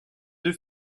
deux